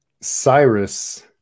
Cyrus